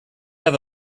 have